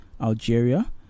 Algeria